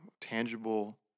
tangible